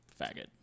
faggot